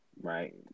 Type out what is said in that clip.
right